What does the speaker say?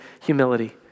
humility